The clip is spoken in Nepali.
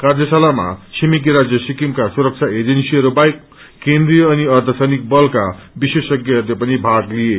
कार्यशालाामा छिमेकी राजय सिक्किमका सुरक्षा एजेन्सीहरू बाहेक केन्द्रिय अनि अर्धसैनिक बलहरूको विशेषहरूले पनि भाग लिए